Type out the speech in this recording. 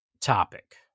topic